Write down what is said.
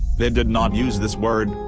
they did not use this word,